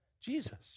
Jesus